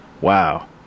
wow